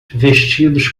vestidos